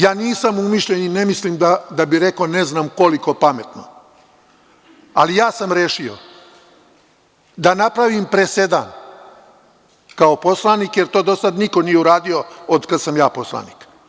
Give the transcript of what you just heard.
Ja nisam umišljen i ne mislim da bi rekao ne znam koliko pametno, ali ja sam rešio da napravim presedan kao poslanik, jer to do sada niko nije uradio, od kada sam ja poslanik.